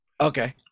Okay